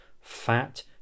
fat